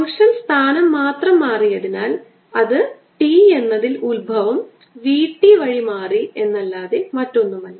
function സ്ഥാനം മാത്രം മാറിയതിനാൽ അത് f എന്നതിൽ ഉത്ഭവം v t വഴി മാറി അല്ലാതെ മറ്റൊന്നുമല്ല